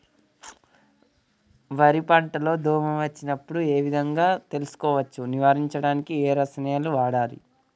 వరి పంట లో దోమ వచ్చినప్పుడు ఏ విధంగా తెలుసుకోవచ్చు? నివారించడానికి ఏ రసాయనాలు వాడాలి?